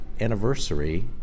anniversary